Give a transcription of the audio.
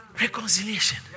Reconciliation